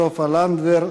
סופה לנדבר,